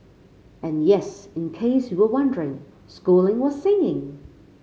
and yes in case you were wondering schooling was singing